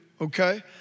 okay